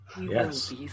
Yes